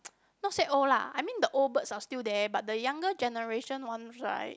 not say old lah I mean the old birds are still there but the younger generation ones right